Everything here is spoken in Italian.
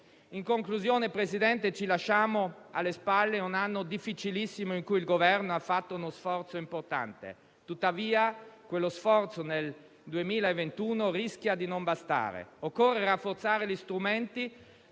In conclusione, ci lasciamo alle spalle un anno difficilissimo in cui il Governo ha fatto uno sforzo importante. Tuttavia, nel 2021 quello sforzo rischia di non bastare. Occorre rafforzare gli strumenti